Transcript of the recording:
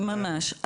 ממש.